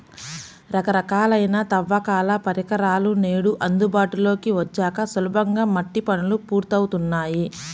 రకరకాలైన తవ్వకాల పరికరాలు నేడు అందుబాటులోకి వచ్చాక సులభంగా మట్టి పనులు పూర్తవుతున్నాయి